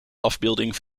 afbeelding